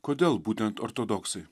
kodėl būtent ortodoksai